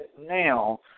now